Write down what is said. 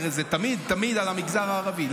כי הרי זה תמיד תמיד על המגזר הערבי.